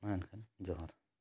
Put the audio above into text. ᱢᱟ ᱮᱱᱠᱷᱟᱱ ᱡᱚᱦᱟᱨ